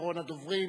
אחרון הדוברים.